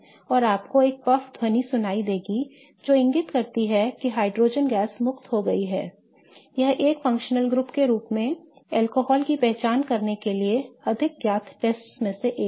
और आपको एक पफ ध्वनि सुनाई देगी जो इंगित करती है कि हाइड्रोजन गैस मुक्त हो गई थी यह एक फंक्शनल ग्रुप के रूप में अल्कोहल की पहचान करने के अधिक ज्ञात परीक्षणों में से एक है